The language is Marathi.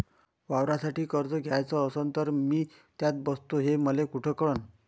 वावरासाठी कर्ज घ्याचं असन तर मी त्यात बसतो हे मले कुठ कळन?